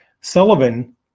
Sullivan